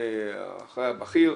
האחראי הבכיר,